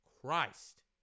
Christ